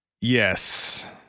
Yes